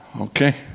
okay